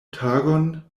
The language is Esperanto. tagon